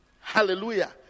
Hallelujah